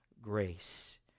grace